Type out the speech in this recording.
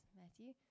Matthew